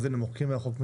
אז הינה מוחקים מהחוק.